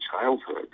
childhood